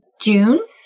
June